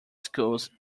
schools